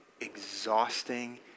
exhausting